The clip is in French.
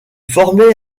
formaient